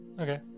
Okay